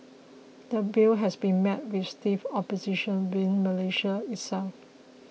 the Bill has been met with stiff opposition within Malaysia itself